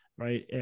right